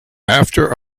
after